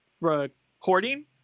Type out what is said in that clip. recording